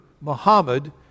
Muhammad